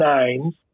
names